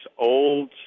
old